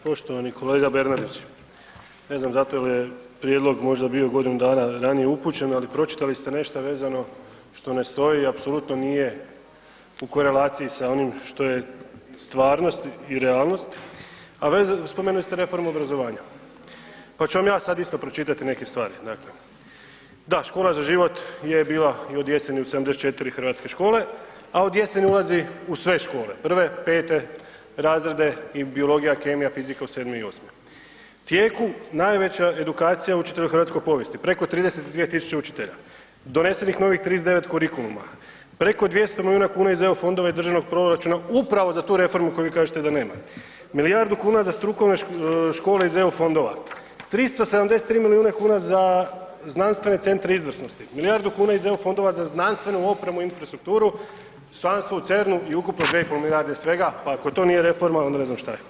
Poštovani kolega Bernardić, ne znam zato jer je prijedlog možda bio godinu dana ranije upućen ali pročitali ste nešto vezano što ne stoji, apsolutno nije u korelaciji sa onim što je stvarnost i realnost a spomenuli ste reformu obrazovanja pa ću vam ja sad isto pročitati neke stvari, dakle Da, Škola za život je bila od jeseni u 74 škole a od jeseni ulazi u sve škole, 1., 5. razrede i biologija, kemija, fizika u 7. i 8. U tijeku je najveća edukacija u čitavoj hrvatskoj povijest, preko 32 000 učitelja, donesenih novih 39 kurikuluma, preko 200 milijuna kuna iz EU fondova i državnog proračuna upravo za tu reformu za koju vi kažete da je nema, milijardu kuna za strukovne škole iz EU fondova, 373 milijuna kuna za znanstvene centre izvrsnosti, milijardu kuna iz EU fondova za znanstvenu opremu i infrastrukturu, članstvo u CERN-u i ukupno 2 milijarde svega pa ako to nije reforma onda ne znam šta je.